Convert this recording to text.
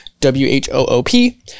W-H-O-O-P